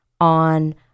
on